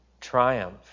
triumph